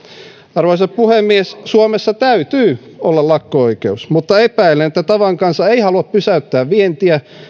arvoisa puhemies suomessa täytyy olla lakko oikeus mutta epäilen että tavan kansa ei halua pysäyttää vientiä